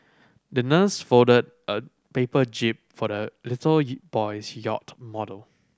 the nurse folded a paper jib for the little boy's yacht model